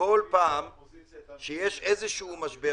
בכל פעם שיש איזה משבר,